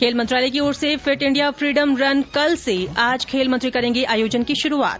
खेल मंत्रालय की ओर से फिट इंडिया फीडम रन कल से आज खेल मंत्री करेंगे आयोजन की शुरूआत